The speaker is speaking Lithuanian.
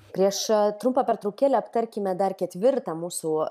prieš trumpą pertraukėlę aptarkime dar ketvirtą mūsų